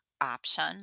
option